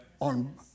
on